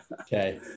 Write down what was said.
Okay